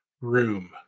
room